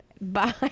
Bye